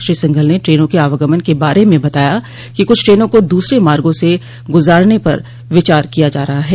श्री सिंघल ने ट्रेनों के आवागमन के बारे बताया कि कुछ ट्रेनों को दूसरे मार्गो से गुजारने पर विचार किया जा रहा है